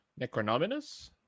Necronominus